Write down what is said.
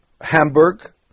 Hamburg